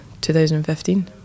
2015